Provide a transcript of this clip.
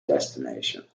destination